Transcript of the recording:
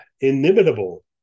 inimitable